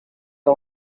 the